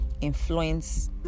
influence